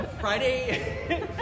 Friday